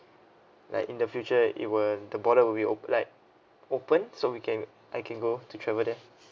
like in the future it will the border will be op~ like opened so we can I can go to travel there